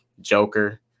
Joker